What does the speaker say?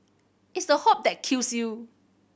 it's the hope that kills you